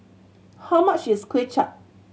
how much is Kway Chap